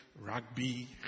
rugby